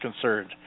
concerned